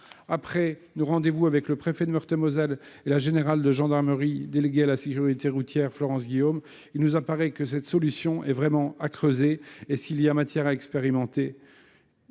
Après nos rendez-vous avec le préfet de Meurthe-et-Moselle et la générale de gendarmerie déléguée à la sécurité routière, Florence Guillaume, il nous apparaît qu'une telle idée est vraiment à creuser et qu'il y a matière à expérimenter.